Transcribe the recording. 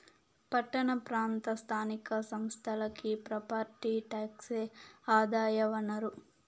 పట్టణ ప్రాంత స్థానిక సంస్థలకి ప్రాపర్టీ టాక్సే ఆదాయ వనరు